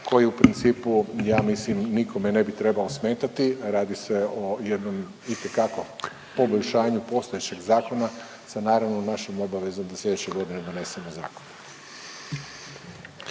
koji u principu, ja mislim nikome ne bi trebao smetati. Radi se o jednom itekako poboljšanju postojećeg zakona, sa naravno našom obavezom da sljedeće godine donesemo zakon.